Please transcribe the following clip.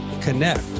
connect